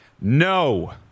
No